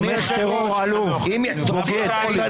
תומך טרור, עלוב, בוגד.